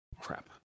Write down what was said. Crap